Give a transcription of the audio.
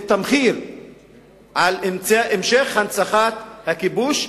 את המחיר על המשך הנצחת הכיבוש,